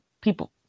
people